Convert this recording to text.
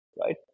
right